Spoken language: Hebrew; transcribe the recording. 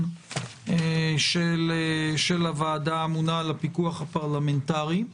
של הוועדה האמונה על הפיקוח הפרלמנטרי.